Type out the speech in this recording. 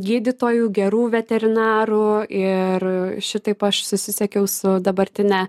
gydytojų gerų veterinarų ir šitaip aš susisiekiau su dabartine